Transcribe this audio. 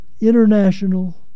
international